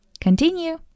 Continue